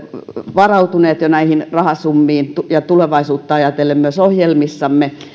varautuneet näihin rahasummiin ja tulevaisuutta ajatellen myös ohjelmissamme